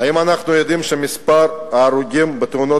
האם אנחנו יודעים שמספר ההרוגים בתאונות